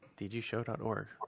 dgshow.org